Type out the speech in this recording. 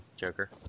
Joker